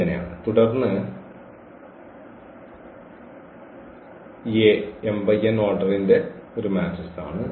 അതിനാൽ ഈ A ഈ m × n ഓർഡർന്റെ ഒരു മാട്രിക്സ് ആണ്